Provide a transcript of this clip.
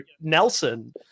Nelson